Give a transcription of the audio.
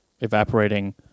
evaporating